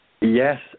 Yes